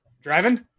Driving